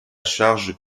charge